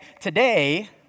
Today